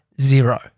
zero